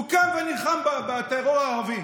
הוא קם ונלחם בטרור הערבי,